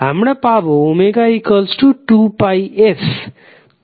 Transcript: আমরা পাবো ω2πf